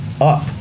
up